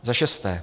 Za šesté.